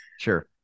Sure